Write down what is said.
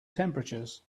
temperatures